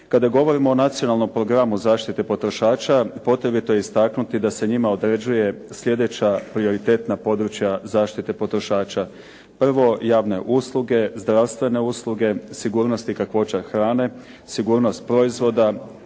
Kada govorimo o Nacionalnom programu zaštite potrošača potrebito je istaknuti da se njima određuje slijedeća prioritetna područja zaštite potrošača. Prvo, javne usluge, zdravstvene usluge, sigurnost i kakvoća hrane, sigurnost proizvoda,